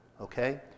Okay